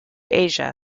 asia